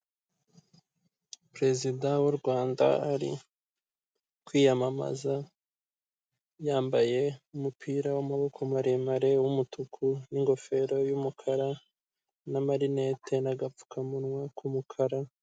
Perezida w'u Rwanda ari kwiyamamaza yambaye umupira w'amaboko maremare w'umutuku n'ingofero y'umukara n'amarinete n'agapfukamunwa k'umukara.